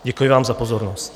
Děkuji vám za pozornost.